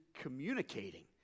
communicating